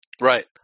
right